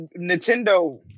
Nintendo